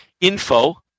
info